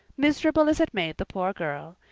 miserable as it made the poor girl,